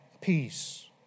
peace